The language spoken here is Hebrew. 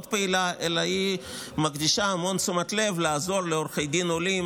אלא היא מקדישה המון תשומת לב לעזור לעורכי דין עולים